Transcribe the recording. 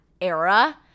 era